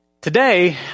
Today